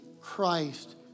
Christ